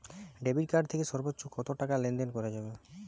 Debit card থেকে সর্বোচ্চ কত টাকা লেনদেন করা যাবে?